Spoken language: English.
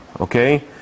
okay